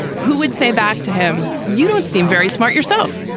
who would say back to him, you don't seem very smart yourself.